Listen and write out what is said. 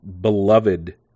beloved